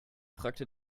fragte